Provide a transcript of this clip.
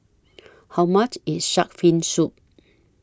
How much IS Shark's Fin Soup